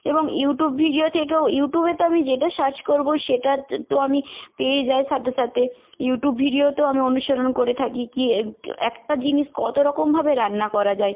এবং YouTube video থেকেও ইউটিউবে তো আমি যেটা সার্চ করবো সেটা তো আমি পেয়েই যাই সাথে সাথে ইউটিউব ভিডিও তো আমি অনুসরণ করে থাকি কি একটা জিনিস কত রকমভাবে রান্না করা যায়